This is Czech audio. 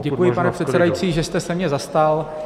Děkuji, pane předsedající, že jste se mě zastal.